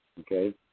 Okay